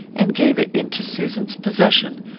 and gave it into susan's possession,